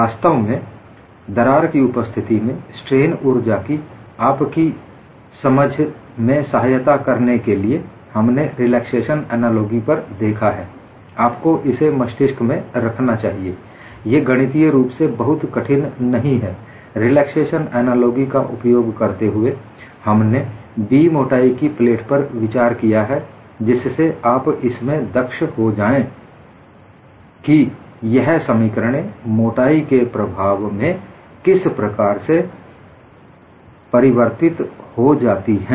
वास्तव में दरार की उपस्थिति में स्ट्रेन ऊर्जा कि आपकी समझ में सहायता करने के लिए हमने रिलैक्सेशन एनालोगी पर देखा है आपको इसे मस्तिष्क में रखना चाहिए ये गणितीय रूप से बहुत कठिन नहीं है रिलैक्सेशन एनालोगी का उपयोग करते हुए हमने B मोटाई की प्लेट पर विचार किया है जिससे आप इसमें दक्ष हो जाएं कि यह समीकरणें मोटाई के प्रभाव में किस प्रकार से परिवर्तित हो जाती हैं